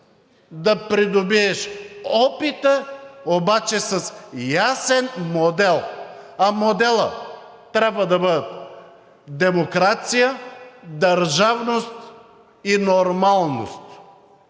да придобиеш опита, обаче с ясен модел. Моделът трябва да бъде демокрация, държавност и нормалност,